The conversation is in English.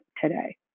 today